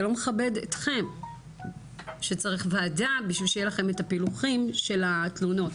זה לא מכבד אתכם שצריך וועדה בשביל שיהיה לכם את הפילוחים של התלונות,